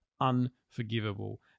unforgivable